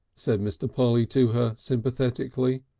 said mr. polly to her sympathetically.